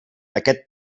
aquest